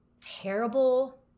terrible